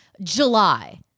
july